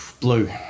Blue